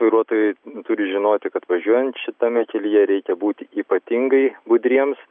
vairuotojai turi žinoti kad važiuojant šitame kelyje reikia būti ypatingai budriems